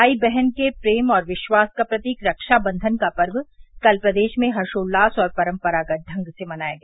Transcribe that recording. भाई बहन के प्रेम और विश्वास का प्रतीक रक्षा बन्धन का पर्व कल प्रदेश में हर्षोल्लास और परम्परागत ढंग से मनाया गया